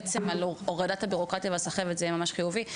עצם הורדת הבירוקרטיה והסחבת זה יהיה ממש חיובי.